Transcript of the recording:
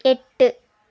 எட்டு